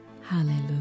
Hallelujah